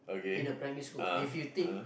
in a primary school if you think